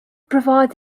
provides